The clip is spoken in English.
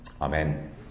Amen